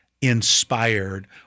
inspired